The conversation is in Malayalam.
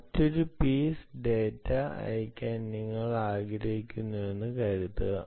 ഒരൊറ്റ പീസ് ഡാറ്റ അയയ്ക്കാൻ നിങ്ങൾ ആഗ്രഹിക്കുന്നുവെന്ന് കരുതുക